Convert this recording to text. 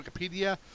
Wikipedia